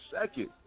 second